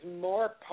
more